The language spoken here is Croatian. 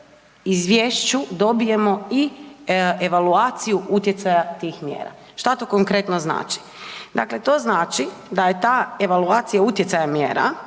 izvješću dobijemo i evaluaciju utjecaja tih mjera. Šta to konkretno znači? Dakle, to znači da je ta evaluacija utjecaja mjera